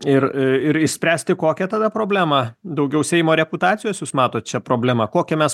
ir ir išspręsti kokią tada problemą daugiau seimo reputacijos jūs matot čia problemą kokią mes